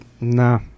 nah